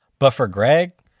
but for greg?